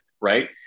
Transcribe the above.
Right